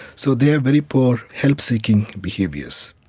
so they have very poor help-seeking behaviours.